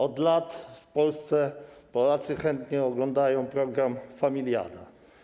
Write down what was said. Od lat w Polsce Polacy chętnie oglądają program „Familiada”